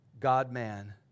God-man